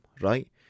right